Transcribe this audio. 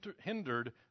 hindered